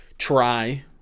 try